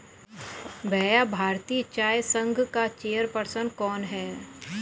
भैया भारतीय चाय संघ का चेयर पर्सन कौन है?